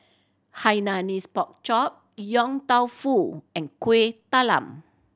Hainanese Pork Chop Yong Tau Foo and Kueh Talam